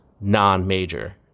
non-major